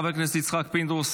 חבר הכנסת יצחק פינדרוס,